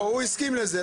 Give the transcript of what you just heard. הוא הסכים לזה.